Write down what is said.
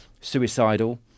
suicidal